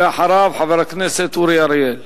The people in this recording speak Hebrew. אחריו, חבר הכנסת אורי אריאל,